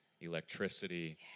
electricity